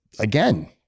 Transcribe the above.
again